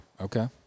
Okay